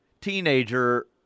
Teenager